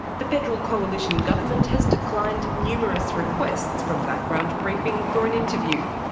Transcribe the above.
the federal coalition government has declined numerous requests from background briefing for an interview.